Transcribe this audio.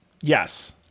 Yes